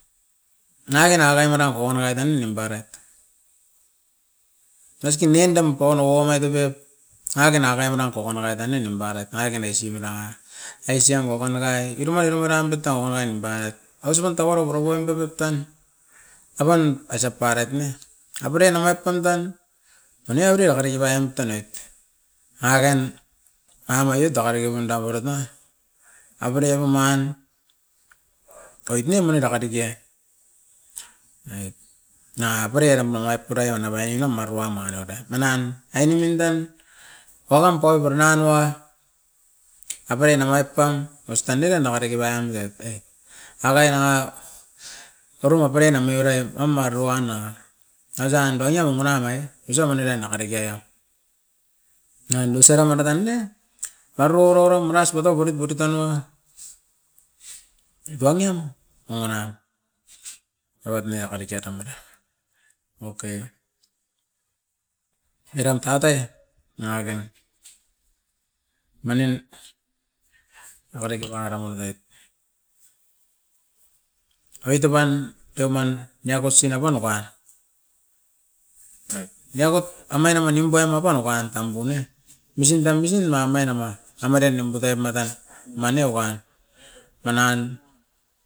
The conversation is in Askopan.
Nangaken akain mara kon nangai tan nimparaiet maski nien dan paun ouo mait opep nanga kai akai maram ko oinit nim parait. Nangakena aisim bera, aisian kokon akai iruma iruma ram bitau onain baiet, ausipam tauara oro boim davit tan. Apan aisap parait ne avere nangat pandan ane avere akadiki baim tanoit. Nanga kain ai maiot dake dake punda moiroit na avere apaup man oit ne mana dake dake na parai eram avat puraio nabai nam maruwa mariore, manan ainemin dan waram paup pura narua aveu na aveu pan ostan nika nanga dake pan roit e. Akain nanga puruma puroi na meuroi amaruana ostan paniau imuna nai osa mani no dake dake ap. Nain doseram mate kain e, paruo rorom ras bate borit borit tan nanga duduaingim ongona, evat ne oko diki eram mara. Oke, eram tatai nanga kain manin aka dake paramurdet, oit o pan deu man niako sinapan okat. Niakot amain ama nimpaim apan okain tambu ne, misin tan misin amai nama a maten nimputei mata, maneo wan, manan.